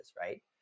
right